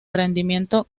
rendimiento